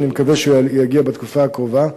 ואני מקווה שהוא יגיע בתקופה הקרובה.